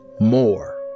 More